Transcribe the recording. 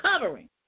covering